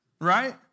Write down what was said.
right